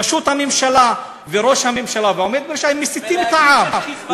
פשוט הממשלה והעומד בראשה מסיתים את העם.